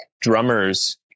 Drummers